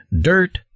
dirt